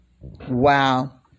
Wow